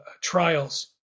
trials